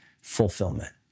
fulfillment